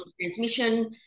transmission